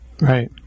Right